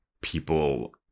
people